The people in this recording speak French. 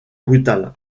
brutale